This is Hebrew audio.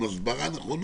אחרי הסברה נכונה,